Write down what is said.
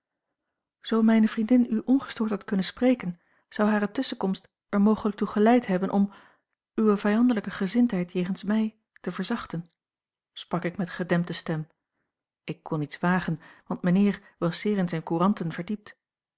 zoo mijne vriendin u ongestoord had kunnen spreken zou hare tusschenkomst er mogelijk toe geleid hebben om uwe vijandelijke gezindheid jegens mij te verzachten sprak ik met gedempte stem ik kon iets wagen want mijnheer was zeer in zijne couranten verdiept